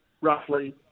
roughly